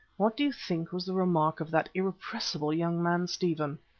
what do you think was the remark of that irrepressible young man stephen?